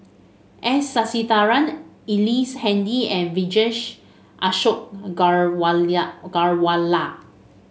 S Sasitharan Ellice Handy and Vijesh Ashok Ghariwala